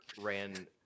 ran